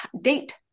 date